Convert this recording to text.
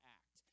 act